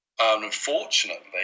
Unfortunately